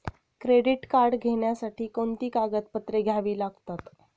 Credit card घेण्यासाठी कोणती कागदपत्रे घ्यावी लागतात?